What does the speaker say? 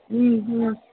ह्म् ह्म्